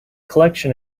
collection